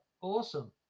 awesome